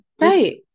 right